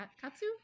katsu